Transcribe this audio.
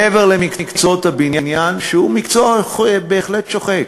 מעבר למקצוע הבניין, שהוא מקצוע בהחלט שוחק,